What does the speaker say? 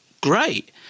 great